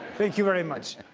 thank you very much.